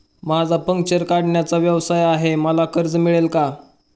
माझा पंक्चर काढण्याचा व्यवसाय आहे मला कर्ज मिळेल का?